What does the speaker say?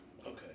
Okay